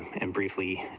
and briefly,